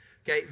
Okay